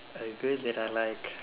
a girl that I like